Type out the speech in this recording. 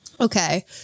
Okay